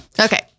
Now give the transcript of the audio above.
Okay